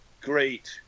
great